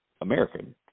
American